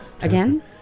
Again